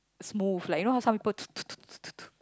smooth like you know how some people